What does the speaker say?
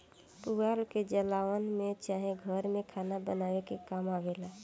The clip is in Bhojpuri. पुआल के जलावन में चाहे घर में खाना बनावे के काम आवेला